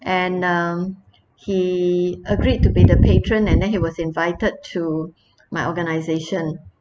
and um he agreed to be the patron and then he was invited to my organization